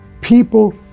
people